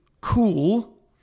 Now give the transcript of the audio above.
cool